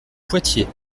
poitiers